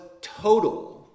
total